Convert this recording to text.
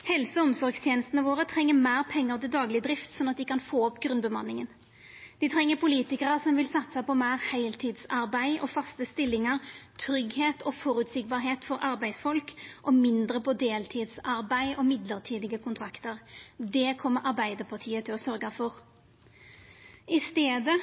Helse- og omsorgstenestene våre treng meir pengar til dagleg drift, sånn at dei kan få opp grunnbemanninga. Me treng politikarar som vil satsa på meir heiltidsarbeid og faste stillingar, at det er trygt og føreseieleg for arbeidsfolk, og mindre på deltidsarbeid og mellombelse kontraktar. Det kjem Arbeidarpartiet til å sørgja for. I staden